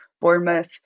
Bournemouth